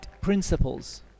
principles